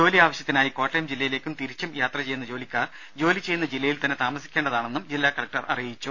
ജോലി ആവശ്യത്തിനായി കോട്ടയം ജില്ലയിലേക്കും തിരിച്ചും യാത്ര ചെയ്യുന്ന ജോലിക്കാർ ജോലി ചെയ്യുന്ന ജില്ലയിൽ തന്നെ താമസിക്കേണ്ടതാണെന്ന് ജില്ലാ കലക്ടർ അറിയിച്ചു